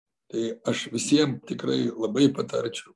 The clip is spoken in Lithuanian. tai aš visiem tikrai labai patarčiau